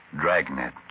Dragnet